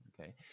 Okay